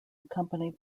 accompanied